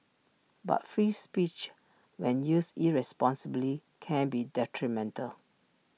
but free speech when used irresponsibly can be detrimental